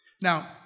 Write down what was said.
Now